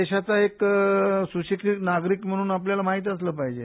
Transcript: देशात एक सुशिक्षित नागरिक म्हणून आपल्याला माहित असलं पाहिजे